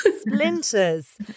Splinters